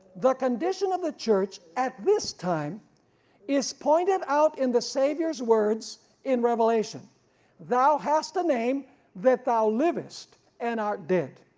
the condition of the church at this time is pointed out in the saviour's words in revelation thou hast a name that thou livest, and art dead.